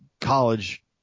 college